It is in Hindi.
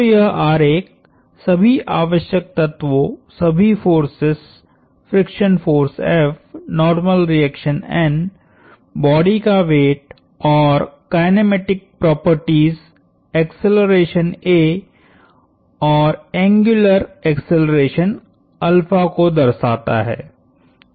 तो यह आरेख सभी आवश्यक तत्वों सभी forces friction force F normal reaction N body का वेट और कायनेमेटिक प्रॉपर्टीज एक्सेलरेशन a और एंग्युलर एक्सेलरेशनको दर्शाता है